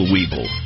Weeble